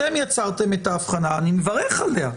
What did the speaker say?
אתם יצרתם את האבחנה אני מברך עליה,